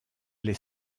les